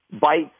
bites